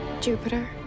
Jupiter